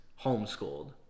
homeschooled